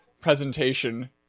presentation